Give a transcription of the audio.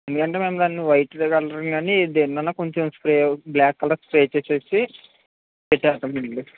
ఎందుకంటే మేము దాన్ని వైట్రే కల్డ్రిగ్ కానీ దేనన్న కొంచం స్ప్రే బ్లాక్ కలర్ స్ప్రే చేసి పెట్టేస్తామ ఆండీ